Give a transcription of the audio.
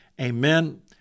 Amen